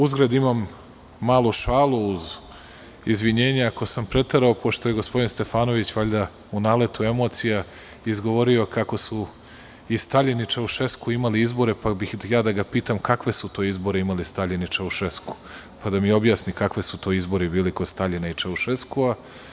Uzgred, imam malu šalu, uz izvinjenje ako sam preterao, pošto je gospodin Stefanović, valjda u naletu emocija, izgovorio kako su i Staljin i Čaušesku imali izbore, pa bih hteo da ga pitam – kakve su to izbore imali Staljin i Čaušesku, da mi objasni kakvi su to izbori bili kod Staljina i Čaušeskua?